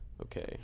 okay